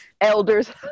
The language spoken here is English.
elders